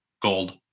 gold